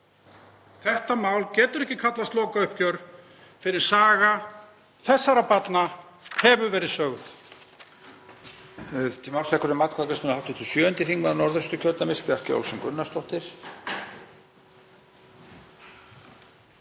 Þetta mál getur ekki kallast lokauppgjör fyrr en saga þessara barna hefur verið sögð.